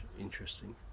interesting